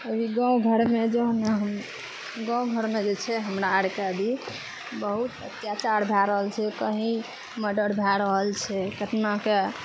अभी गाँव घरमे गाँव घरमे जे छै हमरा आरके अभी बहुत अत्यचार भए रहल छै कही मर्डर भए रहल छै केतनाके